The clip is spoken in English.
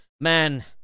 man